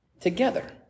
Together